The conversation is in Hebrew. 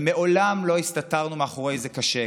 ומעולם לא הסתתרנו מאחורי "זה קשה".